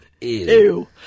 ew